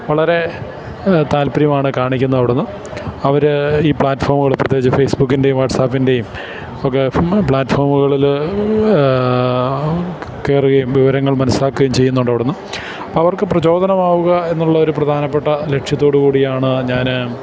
വളരെ താൽല്പര്യമാണു കാണിക്കുന്നതവിടുന്ന് അവര് ഈ പ്ലാറ്റ്ഫോമുകൾ പ്രത്യേകിച്ച് ഫേസ്ബുക്കിൻ്റെയും വാട്സാപ്പിൻ്റെയും ഒക്കെ പ്ലാറ്റ്ഫോമുകളില് കയറുകയും വിവരങ്ങൾ മനസ്സിലാക്കുകയും ചെയ്യുന്നുണ്ടവിടുന്ന് അവർക്കു പ്രചോദനമാവുക എന്നുള്ളൊരു പ്രധാനപ്പെട്ട ലക്ഷ്യത്തോടുകൂടിയാണ് ഞാന്